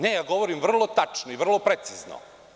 Ne, ja govorim vrlo tačno i vrlo precizno.